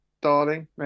darling